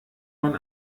man